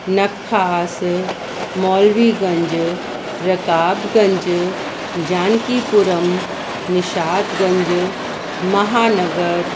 Nakhas Maulviganj Rakabganj Jankipuram Nishatganj Mahanagar